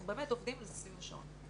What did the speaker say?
אנחנו באמת עובדים סביב השעון.